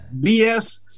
BS